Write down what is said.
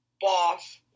boss